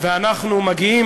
ואנחנו מגיעים,